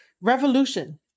Revolution